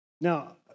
Now